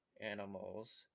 animals